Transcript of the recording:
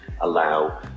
allow